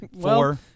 Four